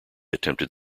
attempted